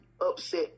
upset